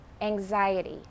anxiety